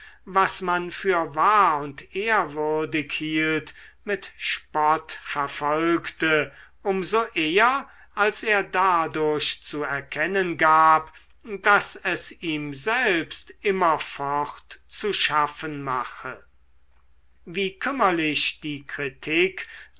was man für wahr und ehrwürdig hielt mit spott verfolgte um so eher als er dadurch zu erkennen gab daß es ihm selbst immerfort zu schaffen mache wie kümmerlich die kritik